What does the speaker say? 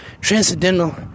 transcendental